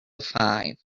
five